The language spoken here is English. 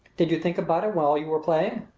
did you think about it while you were playing?